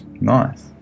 Nice